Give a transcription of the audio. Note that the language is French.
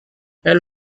elle